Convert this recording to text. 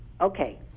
Okay